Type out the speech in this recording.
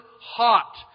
hot